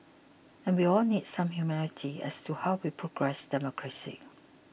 and we all need some humility as to how we progress democracy